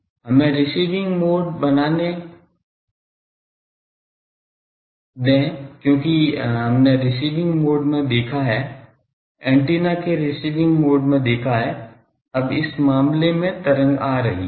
तो हमें receiving mode बनाने करने दें क्योंकि जो हमने रिसीविंग मोड में देखा है एंटीना के रिसीविंग मोड में देखा है अब इस मामले में तरंग आ रही है